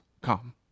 come